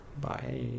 bye